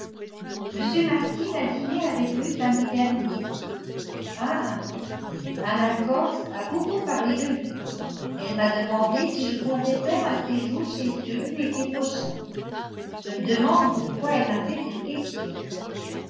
m martin a dîné avec eux samedi dernier ah anna cox a beaucoup parlé de lui elle m'a demandé si je comptais faire un séjour chez eux l'été prochain je me demande pourquoi elle m'a fait cette question